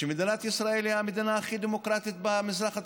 שמדינת ישראל היא המדינה הכי דמוקרטית במזרח התיכון.